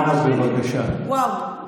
וואו,